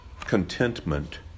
contentment